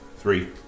Three